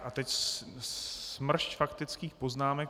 A teď smršť faktických poznámek.